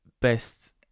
best